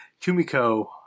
Kumiko